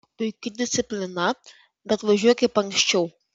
puiki disciplina bet važiuok kaip anksčiau